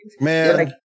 Man